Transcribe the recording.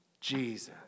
Jesus